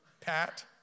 Pat